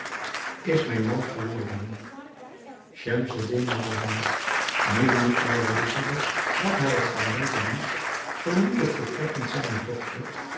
is mijn man geworden schemseddin mohammed nu niet meer wetende wat hij er van denken moest verliet het vertrek van zijne dochter